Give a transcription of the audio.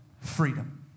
Freedom